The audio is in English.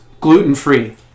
gluten-free